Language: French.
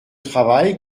travail